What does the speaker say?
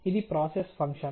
ఇది process function